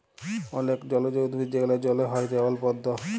অলেক জলজ উদ্ভিদ যেগলা জলে হ্যয় যেমল পদ্দ